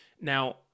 Now